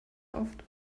rauft